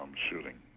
shooting.